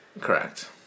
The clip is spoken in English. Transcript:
Correct